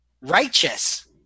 righteous